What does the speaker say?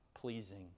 pleasing